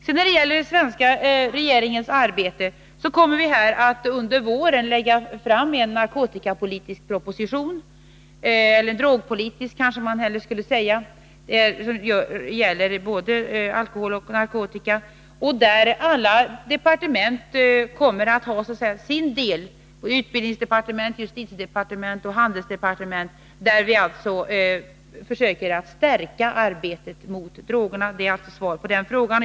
Den svenska regeringen kommer under våren att lägga fram en narkotikapolitisk proposition — en drogpolitisk proposition skulle man kanske hellre säga, eftersom den gäller både alkohol och narkotika — där alla berörda departement, utbildningsdepartementet, justitiedepartementet och handelsdepartementet, kommer att ha så att säga sin del och där vi skall försöka stärka arbetet mot drogerna. Det är alltså svaret på den frågan.